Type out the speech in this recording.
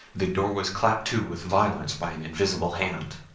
the door was clapped to with violence by an invisible hand.